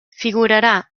figurarà